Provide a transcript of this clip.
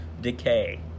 decay